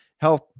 health